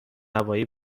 هوایی